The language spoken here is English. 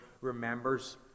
remembers